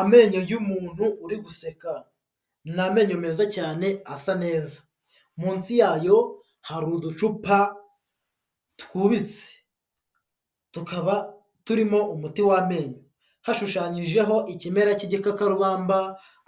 Amenyo y'umuntu uri guseka, ni amenyo meza cyane asa neza, munsi yayo hari uducupa twubitse, tukaba turimo umuti w'amenyo, hashushanyijeho ikimera cy'igikakarubamba,